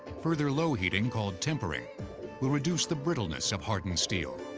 further low heating called tempering will reduce the brittleness of hardened steel.